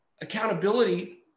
accountability